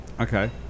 Okay